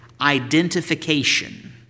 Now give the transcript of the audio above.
Identification